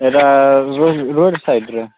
ସେଇଟା road road ସାଇଡ଼୍ରେ